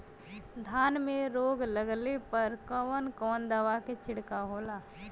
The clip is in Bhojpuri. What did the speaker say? धान में रोग लगले पर कवन कवन दवा के छिड़काव होला?